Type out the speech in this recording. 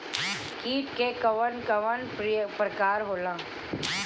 कीट के कवन कवन प्रकार होला?